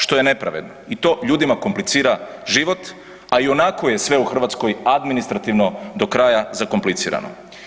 Što je nepravedno i to ljudima komplicira život, a ionako je sve u Hrvatskoj administrativno do kraja zakomplicirano.